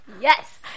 yes